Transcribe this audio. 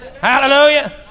Hallelujah